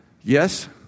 Yes